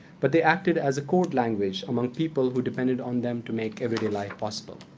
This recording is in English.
but they acted as a code language among people who depended on them to make everyday life possible.